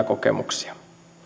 kokemuksia